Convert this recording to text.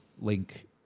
link